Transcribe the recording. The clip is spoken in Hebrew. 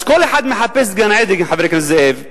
אז כל אחד מחפש את גן-עדן, חבר הכנסת זאב.